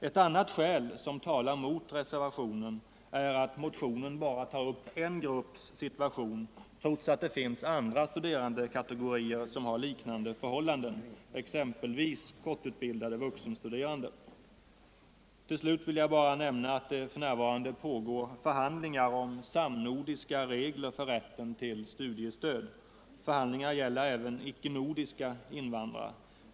Ett annat skäl som talar mot reservationen är att motionen bara tar upp en grupps situation, trots att det finns andra studerandekategorier som har liknande förhållanden, exempelvis korttidsutbildade vuxenstuderande. Till slut vill jag nämna att det pågår förhandlingar om samnordiska regler för rätten till studiestöd. Förhandlingarna gäller även icke-nordiska invandrare.